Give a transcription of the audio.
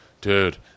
dude